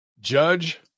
Judge